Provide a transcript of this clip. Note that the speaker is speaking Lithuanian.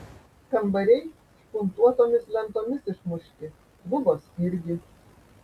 kambariai špuntuotomis lentomis išmušti lubos irgi